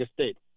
state